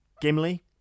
Gimli